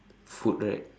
food right